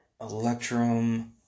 Electrum